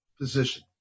position